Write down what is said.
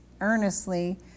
earnestly